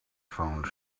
phone